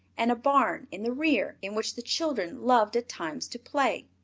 and a barn in the rear, in which the children loved at times to play.